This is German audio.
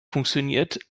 funktioniert